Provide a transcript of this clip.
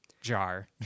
jar